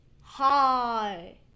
hi